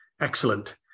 excellent